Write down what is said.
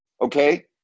okay